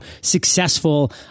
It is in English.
successful